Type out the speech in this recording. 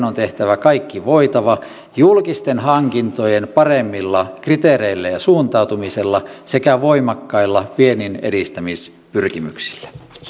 on tehtävä kaikki voitava julkisten hankintojen paremmilla kriteereillä ja suuntautumisella sekä voimakkailla vienninedistämispyrkimyksillä